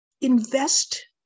invest